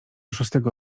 szóstego